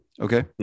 okay